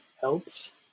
helps